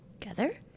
together